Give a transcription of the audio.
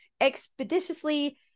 expeditiously